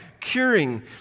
curing